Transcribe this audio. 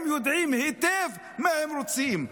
הם יודעים מה הם רוצים.